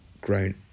grown